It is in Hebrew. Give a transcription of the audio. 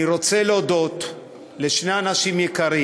אני רוצה להודות לשני אנשים יקרים